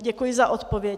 Děkuji za odpověď.